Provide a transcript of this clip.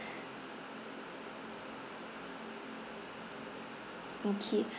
okay